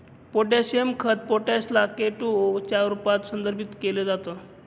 potassium खत potash ला K two O च्या रूपात संदर्भित केल जात